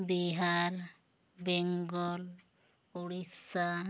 Bihar Bengal Odisha